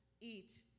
eat